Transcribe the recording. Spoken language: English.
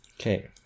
Okay